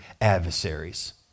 adversaries